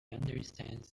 understands